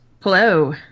Hello